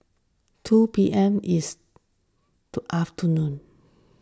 two P M is to afternoon